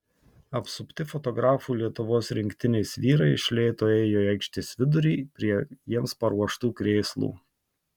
apsupti fotografų lietuvos rinktinės vyrai iš lėto ėjo į aikštės vidurį prie jiems paruoštų krėslų